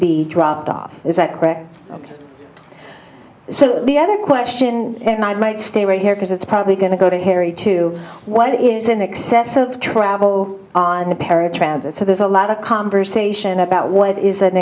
be dropped off is that correct so the other question might might stay right here because it's probably going to go to harry to what is in excess of travel on the paratransit so there's a lot of conversation about what is